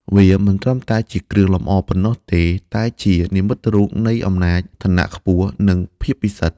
វាមិនត្រឹមតែជាគ្រឿងលម្អប៉ុណ្ណោះទេ តែជា និមិត្តរូបនៃអំណាច ឋានៈខ្ពស់ និងភាពពិសិដ្ឋ។